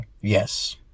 Yes